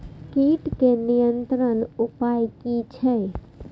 कीटके नियंत्रण उपाय कि छै?